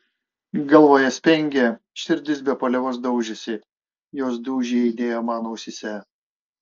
galvoje spengė širdis be paliovos daužėsi jos dūžiai aidėjo man ausyse